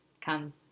come